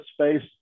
space